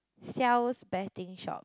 hsiao's betting shop